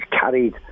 carried